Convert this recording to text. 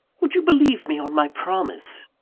would you believe me on my promise?